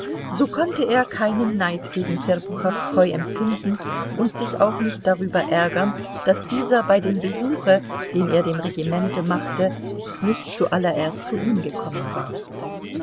so konnte er keinen neid gegen serpuchowskoi empfinden und sich auch nicht darüber ärgern daß dieser bei dem besuche den er dem regimente machte nicht zuallererst zu ihm gekommen war